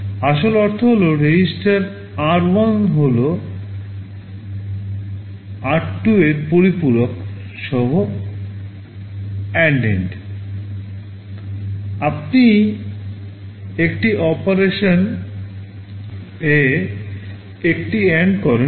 আসল অর্থ হল রেজিস্টার r 1 হল r 2 এর পরিপূরক সহ অ্যান্ডেড আপনি একটি অপারেশন এ একটি AND করেন